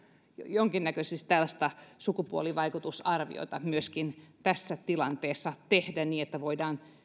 jonkinnäköistä tällaista sukupuolivaikutusarviota myöskin tässä tilanteessa tehdä niin että voidaan